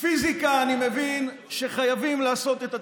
בפיזיקה אני מבין שחייבים לעשות את התרגילים,